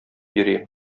йөри